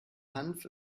hanf